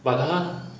but 它